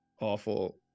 awful